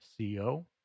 co